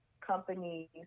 companies